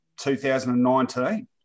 2019